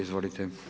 Izvolite.